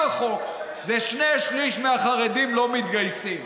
החוק זה שני שלישים מהחרדים לא מתגייסים.